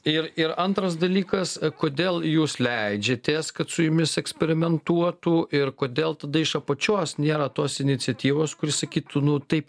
ir ir antras dalykas kodėl jūs leidžiatės kad su jumis eksperimentuotų ir kodėl tada iš apačios nėra tos iniciatyvos kuri sakytų nu taip